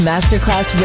Masterclass